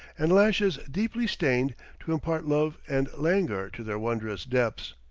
and lashes deeply stained to impart love and languor to their wondrous depths.